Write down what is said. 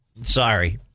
Sorry